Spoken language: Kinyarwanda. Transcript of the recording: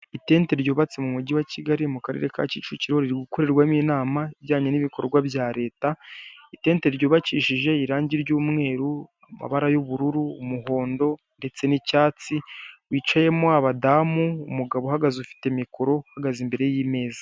Itente ryubatse nu mugi wa Kigali, riri gukorerwamo inama ijyanye n'ibikorwa bya leta, itete ryubakishijwe irangi ry'umweru, amabara y'ubururu, umuhondo ndetse n'icyatsi, hicayemo abadamu, umugabo uhagaze ufite mikoro, uhagaze imbere y'imeza.